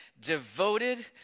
devoted